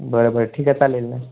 बरं बरं ठीक आहे चालेल ना